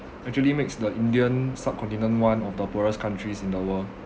actually makes the indian subcontinent one of the poorest countries in the world